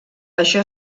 això